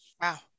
Wow